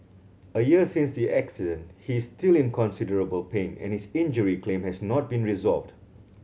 a year since the accident he is still in considerable pain and his injury claim has not been resolved